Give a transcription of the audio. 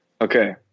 Okay